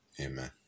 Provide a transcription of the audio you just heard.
Amen